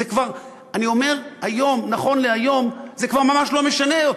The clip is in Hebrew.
זה כבר, אני אומר, נכון להיום זה כבר ממש לא משנה.